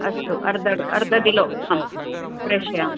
अस्तु अर्धम् अर्धं किलो आं प्रेषयामि